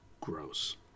gross